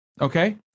okay